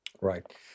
Right